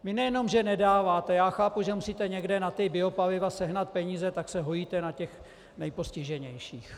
Vy nejenomže nedáváte já chápu, že musíte někde na ta biopaliva sehnat peníze, tak se hojíte na těch nejpostiženějších.